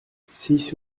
six